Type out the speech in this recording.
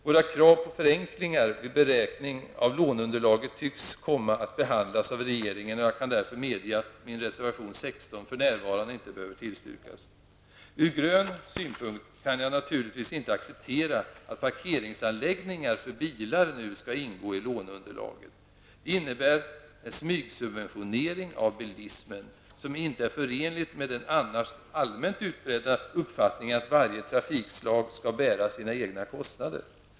Våra krav på förenklingar vid beräkning av låneunderlaget tycks komma att behandlas av regeringen, och jag kan därför medge att min reservation 16 för närvarande inte behöver bifallas. Ur grön synpunkt kan jag naturligtvis inte acceptera att parkeringsanläggningar för bilar nu skall ingå i låneunderlaget. Det innebär en smygsubventionering av bilismen, som inte är förenlig med den annars allmänt utbredda uppfattningen att varje trafikslag skall bära sina egna kostnader.